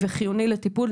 וחיוני לטיפול.